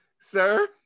Sir